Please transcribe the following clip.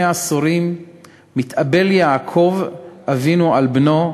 אויב יוכל לקחת ולהיעזר בו בבוא הזמן,